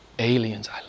Aliens